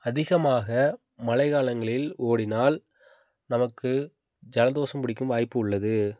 அதிகமாக மலை காலங்களில் ஓடினால் நமக்கு ஜலதோஷம் பிடிக்கும் வாய்ப்பு உள்ளது